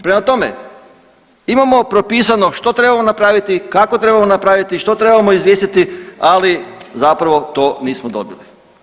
Prema tome, imamo propisano što trebamo napraviti, kako trebamo napraviti, što trebamo izvijestiti, ali zapravo to nismo dobili.